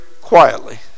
quietly